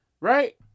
right